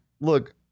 Look